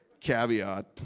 Caveat